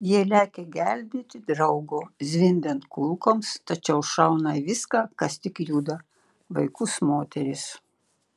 jie lekia gelbėti draugo zvimbiant kulkoms tačiau šauna į viską kas tik juda vaikus moteris